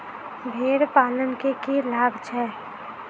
भेड़ पालन केँ की लाभ छै?